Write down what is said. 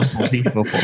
unbelievable